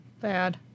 Bad